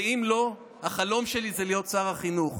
ואם לא, החלום שלי זה להיות שר החינוך.